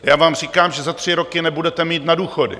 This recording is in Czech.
Já vám říkám, že za tři roky nebudete mít na důchody.